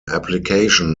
application